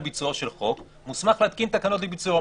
ביצועו של חוק מוסמך להתקין תקנות לביצועו".